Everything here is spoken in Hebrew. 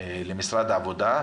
למשרד העבודה.